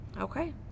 Okay